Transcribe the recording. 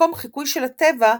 במקום חיקוי של הטבע,